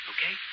Okay